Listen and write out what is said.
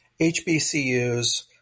HBCUs